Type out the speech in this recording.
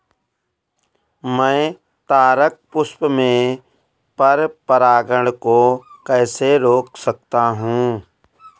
मैं तारक पुष्प में पर परागण को कैसे रोक सकता हूँ?